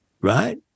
right